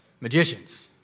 magicians